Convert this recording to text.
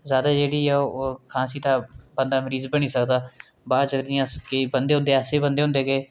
जैदा जेह्ड़ी ओह् खांसी तां बंदा ते मरीज बनी सकदा बाद च जि'यां केईं बंदे होंदे ऐसे बंदे होंदे केह्